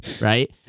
right